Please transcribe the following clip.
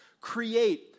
create